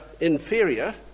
inferior